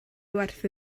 werth